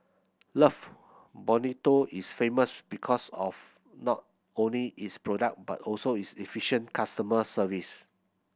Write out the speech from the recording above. love Bonito is famous because of not only its product but also its efficient customer service